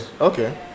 okay